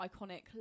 iconic